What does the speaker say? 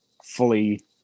fully